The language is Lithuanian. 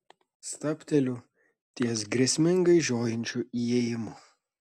stabteliu ties grėsmingai žiojinčiu įėjimu